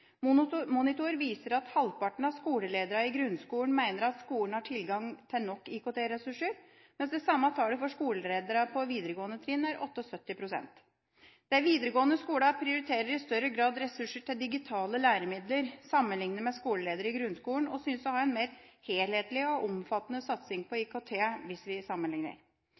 grunnskolen. Monitor viser at halvparten av skolelederne i grunnskolen mener at skolen har tilgang til nok IKT-ressurser, mens det samme tallet for skoleledere på videregående trinn er 78 pst. De videregående skolene prioriterer i større grad ressurser til digitale læremidler sammenlignet med skoleledere i grunnskolen og synes å ha en mer helhetlig og omfattende satsing på IKT hvis vi sammenligner.